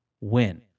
win